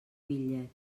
bitllet